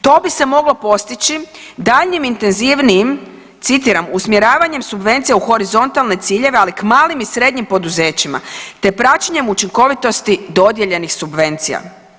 To bi se moglo postići daljnjim intenzivnijim citiram usmjeravanjem subvencija u horizontalne ciljeve, ali k malim i srednjim poduzećima, te praćenjem učinkovitosti dodijeljenih subvencija.